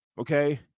okay